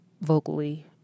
vocally